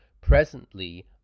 Presently